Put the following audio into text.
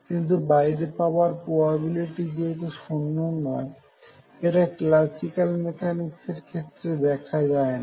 কিন্তু বাইরে পাবার প্রবাবিলিটি যেহেতু 0 নয় এটা ক্লাসিক্যাল মেকানিক্সের ক্ষেত্রে দেখা যায় না